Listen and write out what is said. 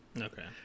Okay